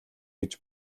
гэж